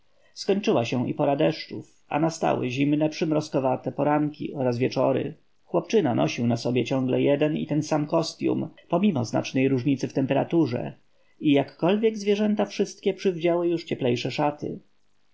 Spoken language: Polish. skończyła się i pora deszczów a nastały zimne przymrozkowate poranki oraz wieczory chłopczyna nosił na sobie ciągle jeden i ten sam kostyum pomimo znacznej różnicy w temperaturze i jakkolwiek zwierzęta wszystkie przywdziały już cieplejsze szaty